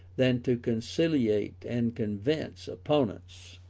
than to conciliate and convince opponents.